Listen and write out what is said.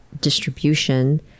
distribution